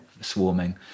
swarming